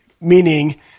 Meaning